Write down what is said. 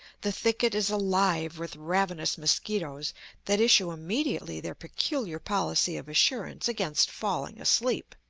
the thicket is alive with ravenous mosquitoes that issue immediately their peculiar policy of assurance against falling asleep.